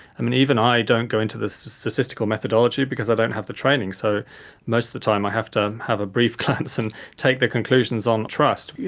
um and even i don't go into the statistical methodology because i don't have the training, so most of the time i have to have a brief glance and take the conclusions on trust.